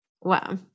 wow